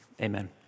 Amen